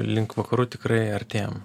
link vakarų tikrai artėjam